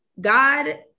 God